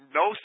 no